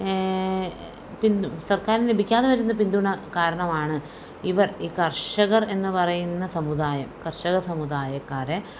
പിന്തുണ സർക്കരിന് ലഭിക്കാതെ വരുന്ന പിന്തുണ കാരണമാണ് ഇവർ ഈ കർഷകർ എന്ന് പറയുന്ന സമുദായം കർഷകർ സമുദായക്കാരെ